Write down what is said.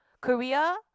Korea